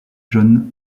john